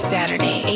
Saturday